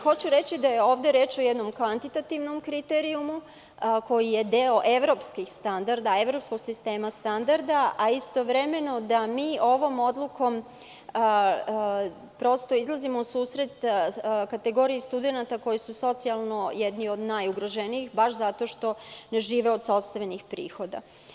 Hoću reći da je ovde reč o jednom kvantitativnom kriterijumu koji je deo evropskih standarda, evropskog sistema standarda, a istovremeno da ovom odlukom izlazimo u susret kategoriji studenata koji su socijalno jedni od najugroženijih baš zato što ne žive od sopstvenih prihoda.